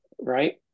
right